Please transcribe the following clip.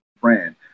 brand